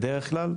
בדרך כלל,